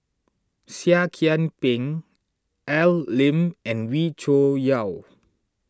Seah Kian Peng Al Lim and Wee Cho Yaw